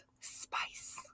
spice